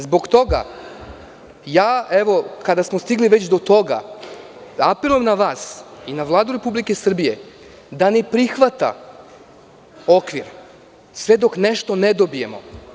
Zbog toga ja, kada smo stigli već do toga, apelujem na vas i na Vladu Republike Srbije da ne prihvata okvir sve dok nešto ne dobijemo.